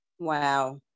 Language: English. wow